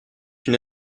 une